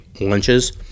lunches